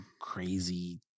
crazy